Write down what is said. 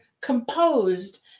composed